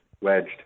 wedged